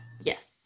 Yes